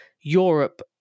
Europe